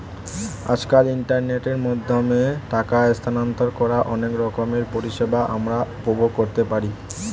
আজকাল ইন্টারনেটের মাধ্যমে টাকা স্থানান্তর করার অনেক রকমের পরিষেবা আমরা উপভোগ করতে পারি